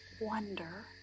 wonder